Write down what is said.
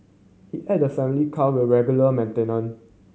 he added the family car were regularly maintained